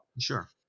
Sure